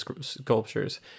sculptures